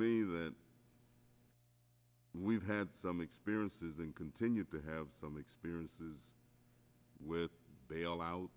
me that we've had some experiences and continue to have some experiences with bailout